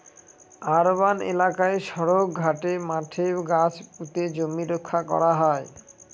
urban এলাকায় সড়ক, ঘাটে, মাঠে গাছ পুঁতে জমি রক্ষা করা হয়